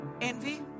envy